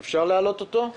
אפשר להעלות אותו?